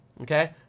Okay